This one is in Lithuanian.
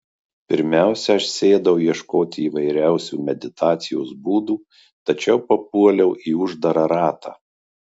pirmiausia aš sėdau ieškoti įvairiausių meditacijos būdų tačiau papuoliau į uždarą ratą